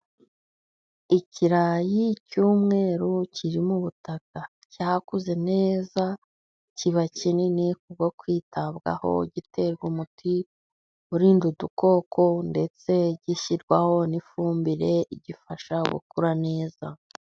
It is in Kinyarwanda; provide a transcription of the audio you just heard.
Ikirayi cy'umweru kiri mu butaka cyakuze neza kiba kinini kubwo kwitabwaho giterwa umuti urinda udukoko, ndetse gishyirwaho n'ifumbire igifasha gukura neza.